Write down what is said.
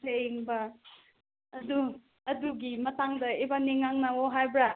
ꯑꯗꯨꯒꯤ ꯃꯇꯥꯡꯗ ꯏꯕꯥꯟꯅꯤ ꯉꯥꯡꯅꯧꯋꯣ ꯍꯥꯏꯕ꯭ꯔꯥ